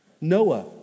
Noah